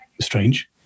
strange